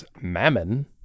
mammon